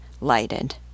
lighted